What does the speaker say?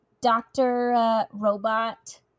doctor-robot